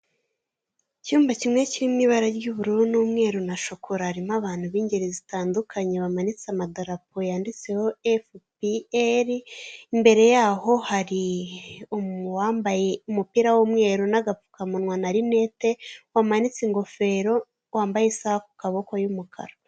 Icyumba kimwe kiri mu ibara ry'ubururu n'umweru na shokora harimo abantu b'ingeri zitandukanye bamanitse amadarapo yanditseho FPR, imbere yaho hari uwambaye umupira w'umweru n'agapfukamunwa na rinete wamanitse ingofero wambaye isaha ku kaboko y'umukara.